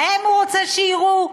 בהם הוא רוצה שיירו?